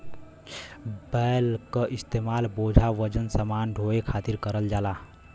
बैल क इस्तेमाल बोझा वजन समान ढोये खातिर करल जाला